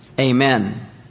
Amen